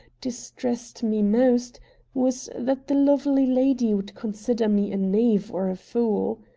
distressed me most was that the lovely lady would consider me a knave or a fool.